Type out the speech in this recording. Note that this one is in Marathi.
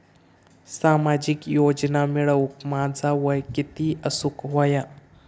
सामाजिक योजना मिळवूक माझा वय किती असूक व्हया?